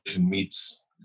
meets